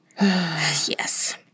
Yes